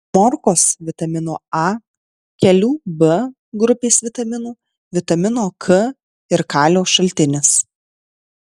morkos vitamino a kelių b grupės vitaminų vitamino k ir kalio šaltinis